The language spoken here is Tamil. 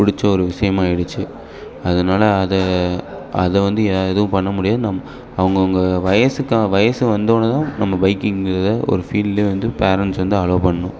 பிடிச்ச ஒரு விஷயமா ஆயிடுச்சு அதனால் அதை அதை வந்து எ எதுவும் பண்ண முடியாது நம் அவங்கவுங்க வயசுக்கு வயது வந்தோடன்ன தான் நம்ம பைக்கிங்றதை ஒரு ஃபீல்டிலேயே வந்து பேரண்ட்ஸ் வந்து அலவ் பண்ணணும்